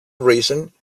reason